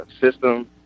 system